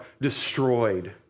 destroyed